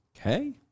Okay